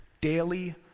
daily